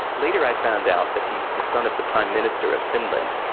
later, i found out that he's the son of the prime minister of finland.